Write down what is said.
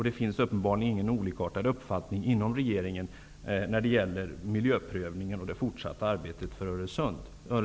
Det finns uppenbarligen ingen olikartad uppfattning inom regeringen när det gäller miljöprövningen och det fortsatta arbetet för